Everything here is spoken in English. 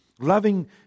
Loving